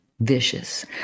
vicious